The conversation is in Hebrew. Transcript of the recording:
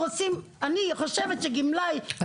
אני מבינה, כן.